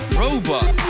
robot